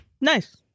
Nice